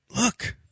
look